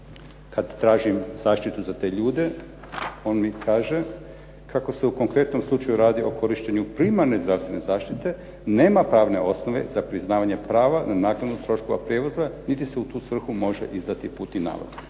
Kad tražim zaštitu za te ljude on mi kaže kako se u konkretnom slučaju radi o korištenju primarne zdravstvene zaštite nema pravne osnove za priznavanje prava na naknadu troškova prijevoza niti se u tu svrhu može izdati putni nalog.